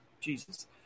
Jesus